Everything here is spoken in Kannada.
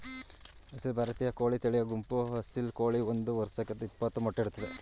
ಅಸೀಲ್ ಭಾರತೀಯ ಕೋಳಿ ತಳಿಯ ಗುಂಪು ಅಸೀಲ್ ಕೋಳಿ ಒಂದ್ ವರ್ಷಕ್ಕೆ ಯಪ್ಪತ್ತು ಮೊಟ್ಟೆ ಇಡ್ತದೆ